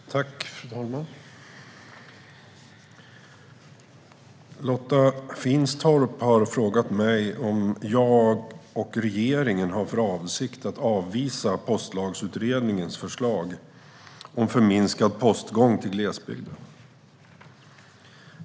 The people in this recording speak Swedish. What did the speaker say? Fru talman! Lotta Finstorp har frågat mig om jag och regeringen har för avsikt att avvisa Postlagsutredningens förslag om förminskad postgång till glesbygden.